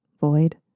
void